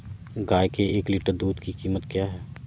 गाय के एक लीटर दूध की कीमत क्या है?